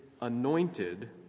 anointed